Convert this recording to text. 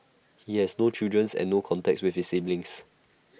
he has no children's and no contact with his siblings